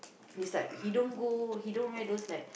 this type he don't go he don't wear those like